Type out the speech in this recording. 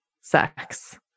sex